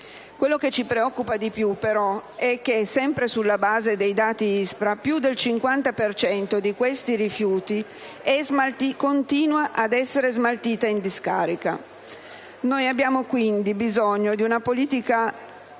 Quello che ci preoccupa di più, però, è che, sempre sulla base dei dati ISPRA, più del 50 per cento di questi rifiuti continua ad essere smaltito in discarica. Noi abbiamo quindi bisogno di una politica